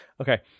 okay